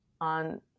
on